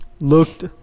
Looked